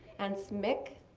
and smick,